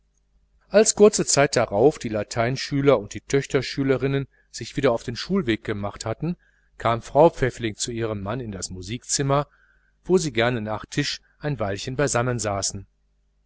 als kurze zeit darauf die lateinschüler und die töchterschülerinnen sich wieder auf den schulweg gemacht hatten kam frau pfäffling zu ihrem mann in das musikzimmer wo sie gerne nach tisch ein weilchen beisammen saßen